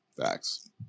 facts